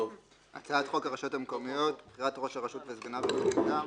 הצעת חוק הרשויות המקומיות (בחירת ראש הרשות וסגניו וכהונתם)